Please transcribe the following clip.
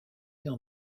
dans